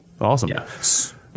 Awesome